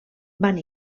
van